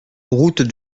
route